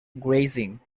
grazing